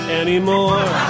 anymore